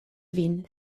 vin